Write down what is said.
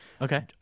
Okay